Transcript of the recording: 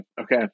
okay